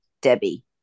Debbie